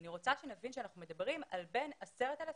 אני רוצה שנבין שאנחנו מדברים על בין 10 אלפים,